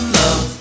love